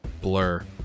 Blur